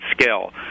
scale